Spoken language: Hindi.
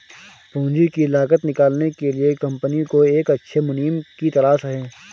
पूंजी की लागत निकालने के लिए कंपनी को एक अच्छे मुनीम की तलाश है